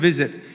visit